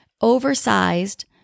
oversized